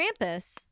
krampus